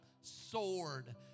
sword